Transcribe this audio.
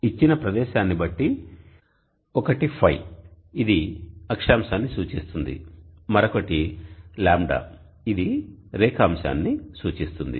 ఇచ్చిన ప్రదేశాన్ని బట్టి ఒకటి φ ఇది అక్షాంశాన్ని సూచిస్తుంది మరొకటి λ ఇది రేఖాంశాన్ని సూచిస్తుంది